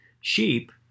Sheep